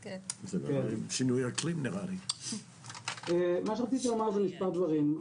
כן, מה שרציתי לומר זה מספר דברים.